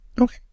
Okay